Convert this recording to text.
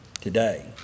today